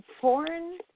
foreign